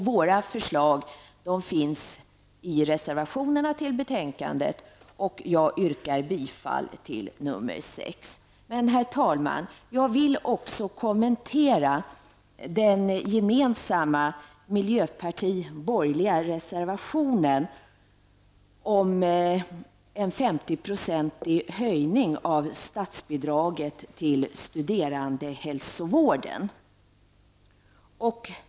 Våra förslag finns i reservationerna till betänkandet och jag yrkar bifall till nr 6. Men, herr talman, jag vill också kommentera den gemensamma reservationen från miljöpartiet och de borgerliga om en 50-procentig höjning av statsbidraget till studerandehälsovården.